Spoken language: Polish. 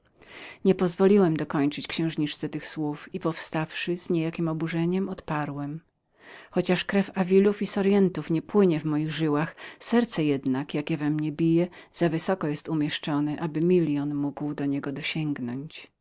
nie pozwoliłem dokończyć księżniczce tych słów i powstawszy z niejakiem oburzeniem odparłem chociaż krew davilów i sorientów nie płynie w moich żyłach serce jednak w jakiem bije za wysoko jest umieszczonem aby milion mógł do niego dosięgnąć